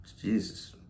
Jesus